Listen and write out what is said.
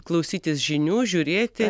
klausytis žinių žiūrėti